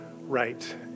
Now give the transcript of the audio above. right